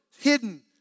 Hidden